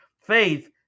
faith